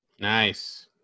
Nice